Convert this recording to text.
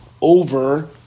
over